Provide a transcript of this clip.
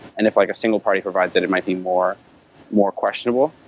and if like a single party provides it, it might be more more questionable.